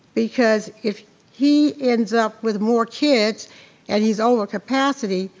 because if he ends up with more kids and he's over capacity,